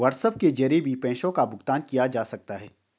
WhatsApp के जरिए भी पैसों का भुगतान किया जा सकता है